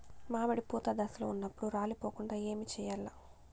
మామిడి పూత దశలో ఉన్నప్పుడు రాలిపోకుండ ఏమిచేయాల్ల?